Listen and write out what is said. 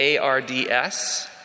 ARDS